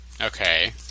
Okay